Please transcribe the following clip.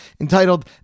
entitled